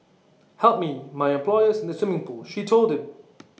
help me my employer is in the swimming pool she told him